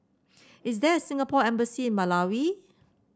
is there a Singapore Embassy in Malawi